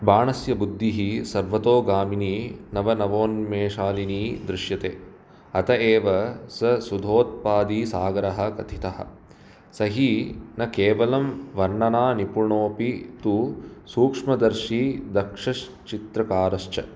बाणस्य बुद्धिः सर्वतोगामिनी नवनवोन्मेषालिनी दृश्यते अत एव स सुधोत्पादिसागरः कथितः स हि न केवलं वर्णनानिपुणोपि तु सूक्ष्मदर्शी दक्षश्चित्रकारश्च